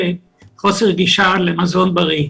להידבק במחלה,